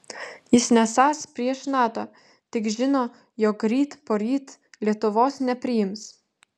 jis nesąs prieš nato tik žino jog ryt poryt lietuvos nepriims